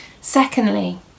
Secondly